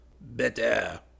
Better